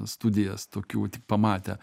studijas tokių tik pamatę